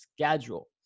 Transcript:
schedule